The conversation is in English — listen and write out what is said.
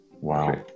Wow